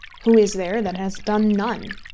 who is there that has done none?